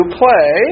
play